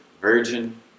virgin